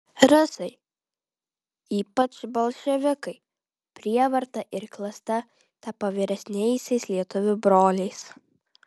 rusai ypač bolševikai prievarta ir klasta tapo vyresniaisiais lietuvių broliais